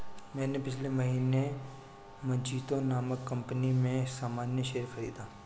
मैंने पिछले महीने मजीतो नामक कंपनी में सामान्य शेयर खरीदा